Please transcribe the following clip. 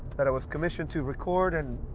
that i was commissioned to record and,